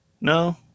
No